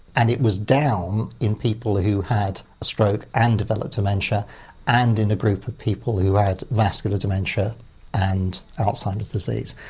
and it was down in people who had a stroke and developed dementia and in a group of people who had vascular dementia and alzheimer's disease.